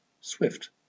swift